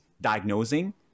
diagnosing